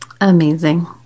Amazing